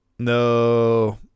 No